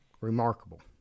Remarkable